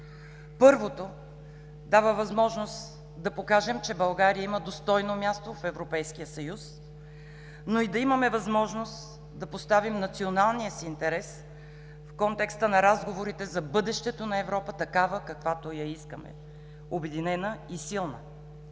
Първото дава възможност да покажем, че България има достойно място в Европейския съюз, но и да имаме възможност да поставим националния си интерес в контекста на разговорите за бъдещето на Европа такава, каквато я искаме – обединена и силна